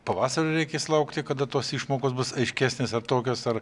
pavasario reikės laukti kada tos išmokos bus aiškesnės ar tokios ar